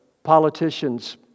Politicians